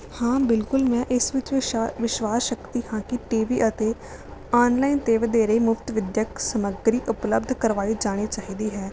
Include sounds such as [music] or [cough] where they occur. ਹਾਂ ਬਿਲਕੁਲ ਮੈਂ ਇਸ ਵਿੱਚ [unintelligible] ਵਿਸ਼ਵਾਸ ਰੱਖਦੀ ਹਾਂ ਕਿ ਟੀਵੀ ਅਤੇ ਆਨਲਾਈਨ 'ਤੇ ਵਧੇਰੇ ਮੁਫਤ ਵਿੱਦਿਅਕ ਸਮੱਗਰੀ ਉਪਲਬਧ ਕਰਵਾਈ ਜਾਣੀ ਚਾਹੀਦੀ ਹੈ